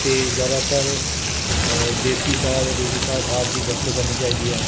ਅਤੇ ਜ਼ਿਆਦਾਤਰ ਦੇਸੀ ਖਾਦ ਰੂੜੀ ਖਾਦ ਆਦਿ ਦੀ ਵਰਤੋਂ ਕਰਨੀ ਚਾਹੀਦੀ ਹੈ